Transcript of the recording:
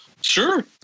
Sure